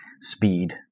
speed